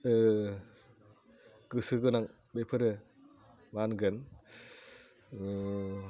गोसो गोनां बेफोरो मा होनगोन